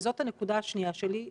וזאת הנקודה השנייה שלי,